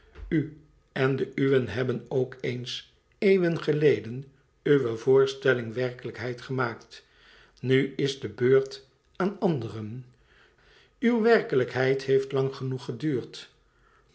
en de uwen hebben ook eens eeuwen geleden uwe voorstelling werkelijkheid gemaakt nu is de beurt aan anderen uw werkelijkheid heeft lang genoeg geduurd